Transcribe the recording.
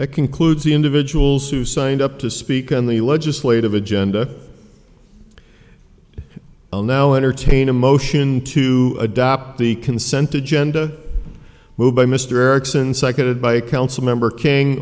it concludes the individuals who signed up to speak on the legislative agenda well now entertain a motion to adopt the consent to genda move by mr erickson seconded by council member king